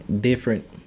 different